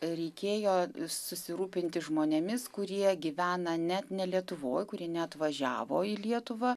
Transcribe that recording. reikėjo susirūpinti žmonėmis kurie gyvena net ne lietuvoj kurie neatvažiavo į lietuvą